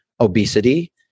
obesity